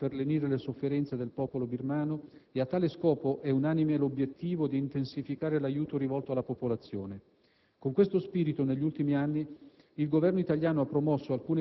non si debbano risparmiare sforzi per lenire le sofferenze del popolo birmano e a tale scopo è unanime l'obiettivo di intensificare l'aiuto rivolto alla popolazione. Con questo spirito negli ultimi anni